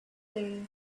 day